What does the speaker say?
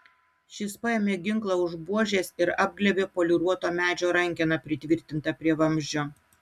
šis paėmė ginklą už buožės ir apglėbė poliruoto medžio rankeną pritvirtintą prie vamzdžio